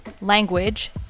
language